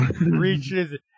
Reaches